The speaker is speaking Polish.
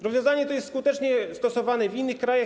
Rozwiązanie to jest skutecznie stosowane w innych krajach.